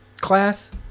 class